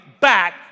back